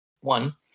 One